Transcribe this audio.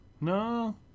No